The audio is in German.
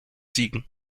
siegen